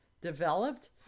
developed